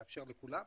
לאפשר לכולם,